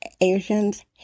Asians